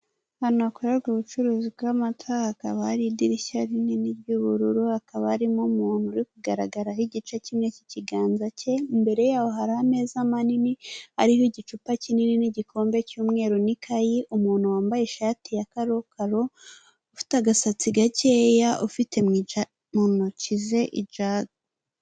Ahantu hakorerwa ubucuruzi bw'amata, hakaba hari idirishya rinini ry'ubururu, hakaba harimo umuntu uri kugaragaraho igice kimwe cy'ikiganza cye, imbere yaho hari ameza manini ariho igicupa kinini n'igikombe cy'umweru n'ikayi, umuntu wambaye ishati ya karokaro ufite agasatsi gakeya ufite mu ntoki ze ijagi.